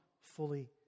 fully